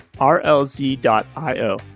rlz.io